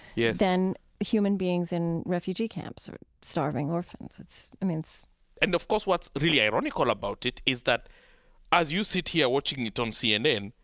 yeah than human beings in refugee camps or starving orphans. i mean, it's, and of course what's really ironical about it is that as you sit here watching it on cnn,